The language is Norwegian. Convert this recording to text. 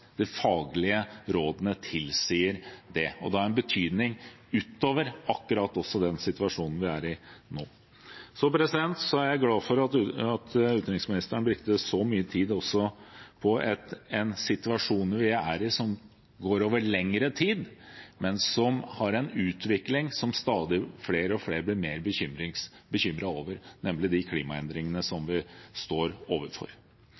faglige rådene tilsier det. Det har betydning også ut over akkurat den situasjonen vi er i nå. Jeg er glad for at utenriksministeren brukte så mye tid også på en situasjon vi er i som går over lengre tid, men som har en utvikling som flere og flere blir mer bekymret over, nemlig klimaendringene vi står overfor.